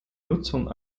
nutzung